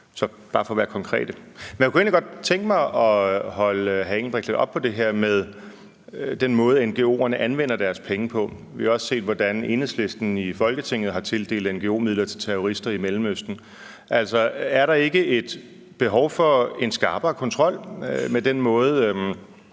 er bare for at være konkret. Men jeg kunne egentlig godt tænke mig at holde hr. Benny Engelbrecht lidt op på det her med den måde, ngo'erne anvender deres penge på. Vi har også set, hvordan Enhedslisten i Folketinget har tildelt ngo-midler til terrorister i Mellemøsten. Er der ikke et behov for en skarpere kontrol med den måde,